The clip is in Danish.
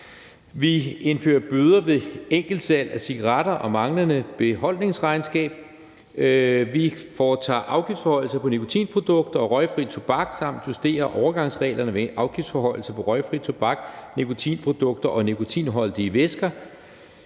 Vi indfører bøder ved enkeltsalg af cigaretter og manglende beholdningsregnskab. Vi foretager afgiftsforhøjelser på nikotinprodukter og røgfri tobak samt justerer overgangsreglerne ved afgiftsforhøjelser på røgfri tobak, nikotinprodukter og nikotinholdige væsker,